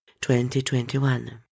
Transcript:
2021